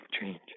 change